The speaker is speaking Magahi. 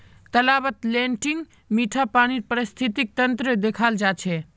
तालाबत लेन्टीक मीठा पानीर पारिस्थितिक तंत्रक देखाल जा छे